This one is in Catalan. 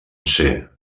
ser